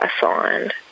assigned